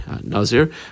Nazir